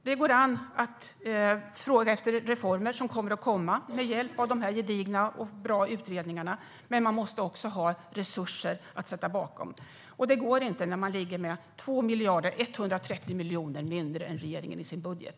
Det går an att fråga efter reformer som kommer att komma med hjälp av dessa gedigna och bra utredningar. Men man måste också ha resurser att tillföra. Det går inte när man har 2 miljarder 130 miljoner mindre än regeringen i sin budget.